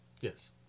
yes